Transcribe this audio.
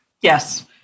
Yes